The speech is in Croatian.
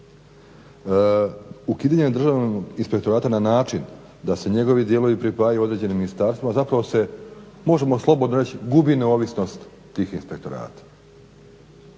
Ukidanje državnog inspektorata na način da se njegovi dijelovi pripajaju određenim ministarstvima zapravo se možemo slobodno reći gubi neovisnost tih inspektorata